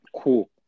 cool